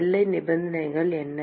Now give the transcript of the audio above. எல்லை நிபந்தனைகள் என்ன